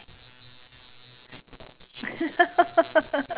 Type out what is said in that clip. it's quite nice but then I read in the news